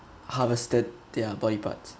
harvested their body parts